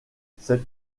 cette